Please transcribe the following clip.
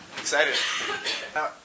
Excited